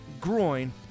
groin